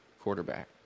quarterback